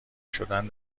شدن